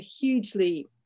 hugely